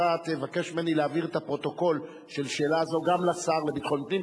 אתה תבקש ממני להעביר את הפרוטוקול של שאלה זו גם לשר לביטחון פנים.